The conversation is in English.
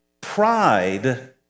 Pride